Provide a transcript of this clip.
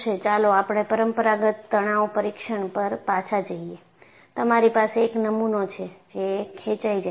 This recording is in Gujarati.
ચાલો આપણે પરંપરાગત તણાવ પરીક્ષણ પર પાછા જઈએ તમારી પાસે એક નમૂનો છે જે ખેંચાય જાય છે